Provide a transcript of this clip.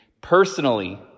Personally